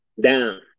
down